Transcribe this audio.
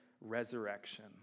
resurrection